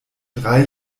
drei